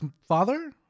father